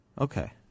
Okay